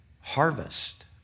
harvest